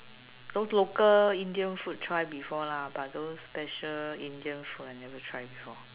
those local Indian food try before lah but those special Indian food I never try before